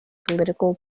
political